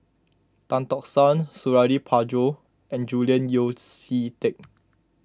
Tan Tock San Suradi Parjo and Julian Yeo See Teck